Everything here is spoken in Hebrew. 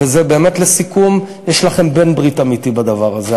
וזה באמת לסיכום, יש לכם בעל-ברית אמיתי בדבר הזה.